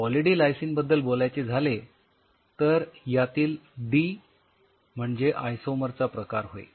poly D lysine बद्दल बोलायचे झाले तर यातील डी म्हणजे याचा आयसोमरचा प्रकार होय